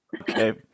Okay